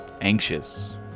anxious